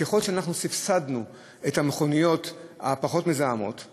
ככל שאנחנו סבסדנו את המכוניות הפחות-מזהמות,